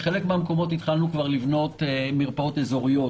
בחלק מן המקומות התחלנו כבר לבנות מרפאות אזוריות